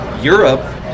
Europe